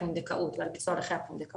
הפונדקאות ועל ביצוע הליכי הפונדקאות,